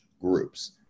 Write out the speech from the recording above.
groups